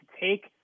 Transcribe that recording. take